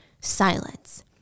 Silence